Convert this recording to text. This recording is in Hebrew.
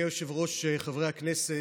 אדוני היושב-ראש, חברי הכנסת,